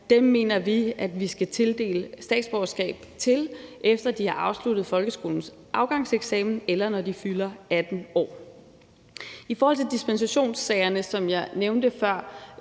mener vi at vi skal tildele statsborgerskab, efter at de har afsluttet folkeskolens afgangseksamen, eller når de fylder 18 år. I forhold til dispensationssagerne, som jeg nævnte før,